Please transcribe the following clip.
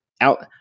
out